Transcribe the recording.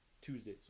Tuesday